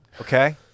Okay